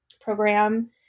program